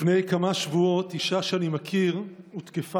לפני כמה שבועות, אישה שאני מכיר הותקפה.